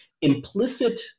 implicit